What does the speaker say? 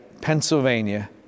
Pennsylvania